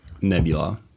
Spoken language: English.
Nebula